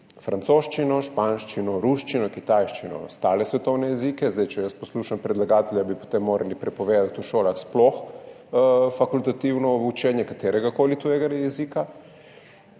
francoščino, španščino, ruščino, kitajščino, ostale svetovne jezike. Če jaz poslušam predlagatelja, bi potem morali v šolah nasploh prepovedati fakultativno učenje kateregakoli tujega jezika,